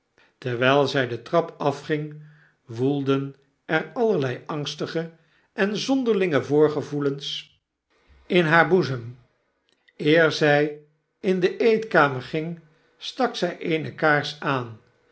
terwijl zij de trap afging woelden er allerlei angstige en zonderlinge voorgevoelens in haar boezem eer zij in de eetkamer ging stak zij eene kaars aan